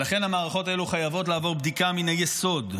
ולכן המערכות האלו חייבות לעבור בדיקה מן היסוד,